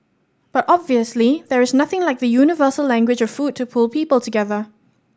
but obviously there is nothing like the universal language of food to pull people together